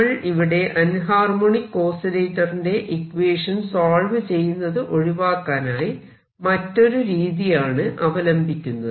നമ്മൾ ഇവിടെ അൻഹർമോണിക് ഓസിലേറ്ററിന്റെ ഇക്വേഷൻ സോൾവ് ചെയ്യുന്നത് ഒഴിവാക്കാനായി മറ്റൊരു രീതിയാണ് അവലംബിക്കുന്നത്